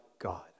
God